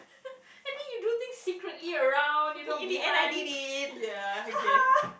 and then you do things secretly around you know behind ya okay